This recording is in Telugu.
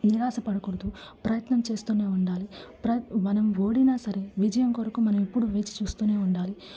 నిరాశ పడకూడదు ప్రయత్నం చేస్తూనే ఉండాలి ప్రయత్న మనం ఓడీనా సరే విజయం కొరకు మనం ఎప్పుడు వేచి చూస్తు ఉండాలి